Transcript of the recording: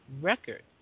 record